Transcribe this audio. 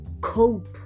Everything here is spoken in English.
cope